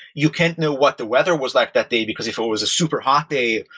you can't know what the weather was like that day, because if it was a superhot day,